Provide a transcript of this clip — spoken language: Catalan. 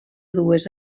dues